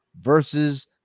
versus